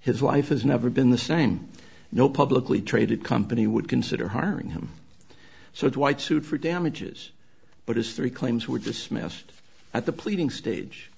his life has never been the same no publicly traded company would consider hiring him so it's white suit for damages but his three claims were dismissed at the pleading stage